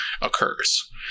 occurs